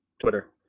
twitter